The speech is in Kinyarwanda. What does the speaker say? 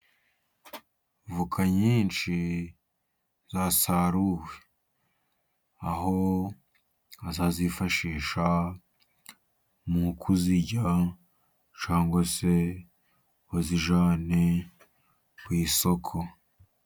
Voka nyinshi zasaruwe, aho bazazifashisha mu kuzirya cangwa se bazijyane ku isoko.